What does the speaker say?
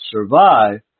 survive